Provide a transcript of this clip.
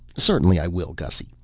certainly i will, gussy,